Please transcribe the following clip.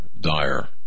dire